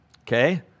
Okay